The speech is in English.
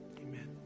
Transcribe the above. Amen